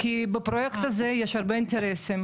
כי בפרויקט הזה יש הרבה אינטרסים,